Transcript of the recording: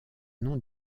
nom